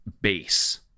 base